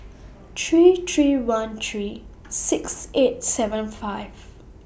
three three one three six eight seven five